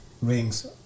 rings